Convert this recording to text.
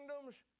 kingdoms